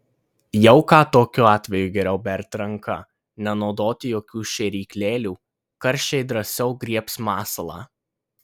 jauką tokiu atveju geriau berti ranka nenaudoti jokių šėryklėlių karšiai drąsiau griebs masalą